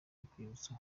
urwibutso